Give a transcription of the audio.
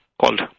called